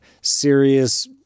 serious